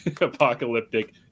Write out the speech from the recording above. apocalyptic